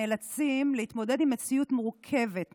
נאלצים להתמודד עם מציאות מורכבת,